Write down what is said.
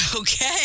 Okay